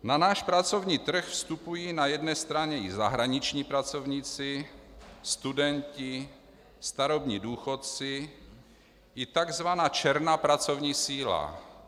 Na náš pracovní trh vstupují na jedné straně i zahraniční pracovníci, studenti, starobní důchodci i takzvaná černá pracovní síla.